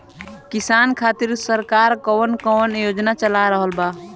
किसान खातिर सरकार क कवन कवन योजना चल रहल बा?